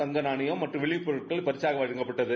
தங்க நாணயம் மற்றம் வெள்ளிப் பொருட்கள் பரிசாக வழங்கப்பட்டன